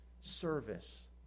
service